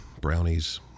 brownies